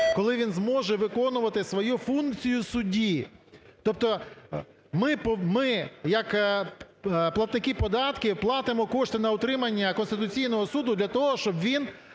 коли він зможе виконувати свою функцію судді. Тобто ми як платники податків платимо кошти на утримання Конституційного Суду для того, щоб він